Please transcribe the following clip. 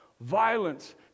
violence